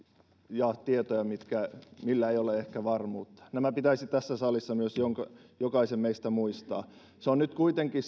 jaa tietoja millä ei ole ehkä varmuutta nämä pitäisi tässä salissa jokaisen meistä myös muistaa se on nyt kuitenkin